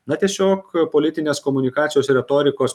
na tiesiog politinės komunikacijos retorikos